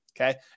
okay